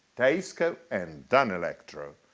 teisco and danelectro.